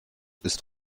ist